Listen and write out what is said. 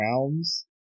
rounds